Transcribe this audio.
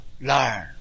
learn